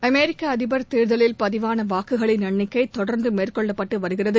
அமெரிக்க அதிபர் தேர்தலில் பதிவான வாக்குகளின் எண்ணிக்கை தொடர்ந்து மேற்கொள்ளப்பட்டு வருகிறது